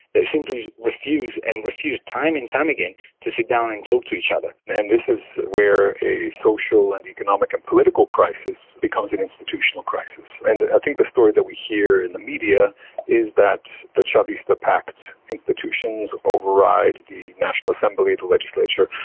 that simply refuse and refuse time and time again to sit down and talk to each other. and this is where a social and economic and political crisis becomes an institutional crisis. and i think the story that we hear in the media is that the chavista-packed institutions override the national assembly, the legislature,